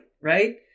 right